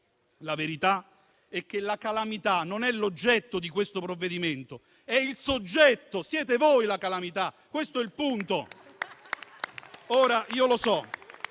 La verità è che la calamità non è l'oggetto di questo provvedimento: è il soggetto. Siete voi la calamità. Questo è il punto!